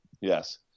Yes